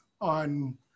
on